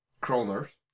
kroners